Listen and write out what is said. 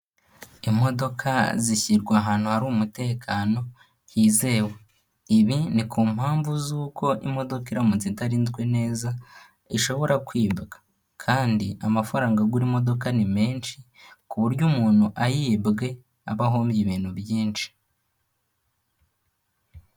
Imodoka zishyirwa ahantu hari umutekano hizewe, ibi ni ku mpamvu z'uko imodoka iramutse itarinzwe neza ishobora kwibwa, kandi amafaranga agura imodoka ni menshi ku buryo umuntu ayibwe aba ahombye ibintu byinshi.